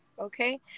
Okay